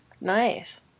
Nice